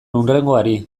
hurrengoari